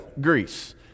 Greece